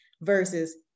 versus